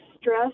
stress